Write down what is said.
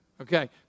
Okay